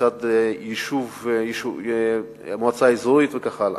מצד המועצה האזורית וכך הלאה.